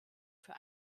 für